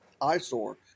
eyesore